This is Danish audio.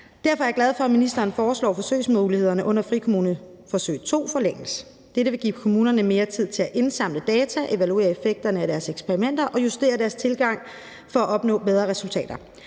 Derfor er jeg glad for, at ministeren foreslår, at forsøgsmulighederne under Frikommuneforsøg II forlænges. Dette vil give kommunerne mere tid til at indsamle data, evaluere effekterne af deres eksperimenter og justere deres tilgang for at opnå bedre resultater.